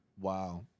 wow